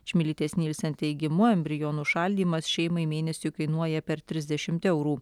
čmilytės nielsen teigimu embiornų šaldymas šeimai mėnesiui kainuoja per trisdešimt eurų